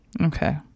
Okay